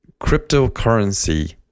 cryptocurrency